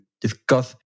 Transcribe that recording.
discuss